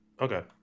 Okay